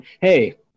hey